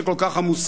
שכל כך עמוסה,